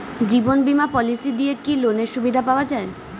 জীবন বীমা পলিসি দিয়ে কি লোনের সুবিধা পাওয়া যায়?